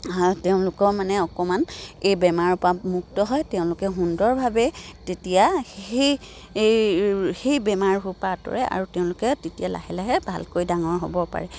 তেওঁলোকৰ মানে অকমান এই বেমাৰ পৰা মুুক্ত হয় তেওঁলোকে সুন্দৰভাৱে তেতিয়া সেই এই সেই আঁতৰে আৰু তেওঁলোকে তেতিয়া লাহে লাহে ভালকৈ ডাঙৰ হ'ব পাৰে